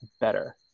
better